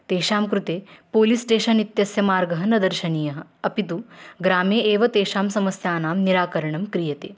तेषां कृते police station इत्यस्य मार्गः न दर्शनीयः अपि तु ग्रामे एव तेषां समस्यानां निराकरणं क्रियते